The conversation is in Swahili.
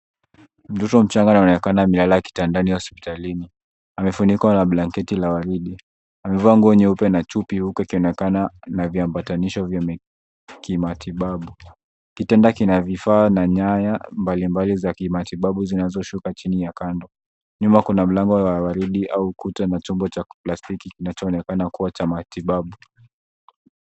Mtoto mchanga anaonekana amelala kitandani hospitalini. Amefunikwa na blanketi la waridi. Amevaa nguo nyeupe na chupi, huku ikionekana na viambatanisho vya kimatibabu. Kitanda kina vifaa na nyaya mbalimbali za kimatibabu zinazoshuka chini ya kando. Nyuma, kuna mlango wa waridi au ukuta, na chombo cha plastiki kinachoonekana kuwa cha matibabu